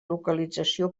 localització